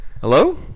Hello